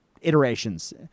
iterations